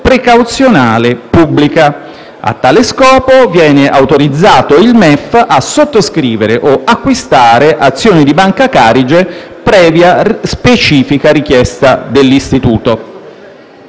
precauzionale pubblica; a tale scopo viene autorizzato il MEF a sottoscrivere o acquistare azioni di Banca Carige, previa specifica richiesta dell'istituto.